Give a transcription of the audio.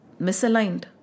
misaligned